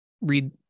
read